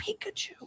Pikachu